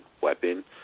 weapon